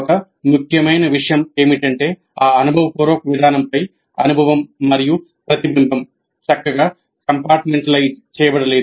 ఒక ముఖ్యమైన విషయం ఏమిటంటే ఆ అనుభవపూర్వక విధానం పై అనుభవం మరియు ప్రతిబింబం చక్కగా కంపార్ట్మెంటలైజ్ చేయబడ లేదు